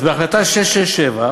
אז בהחלטה 667